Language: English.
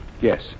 Yes